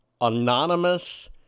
anonymous